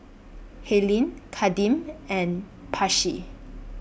Helyn Kadeem and Paisley